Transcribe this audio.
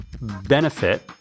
benefit